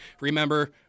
Remember –